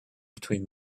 between